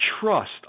trust